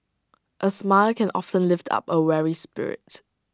A smile can often lift up A weary spirit